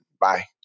Bye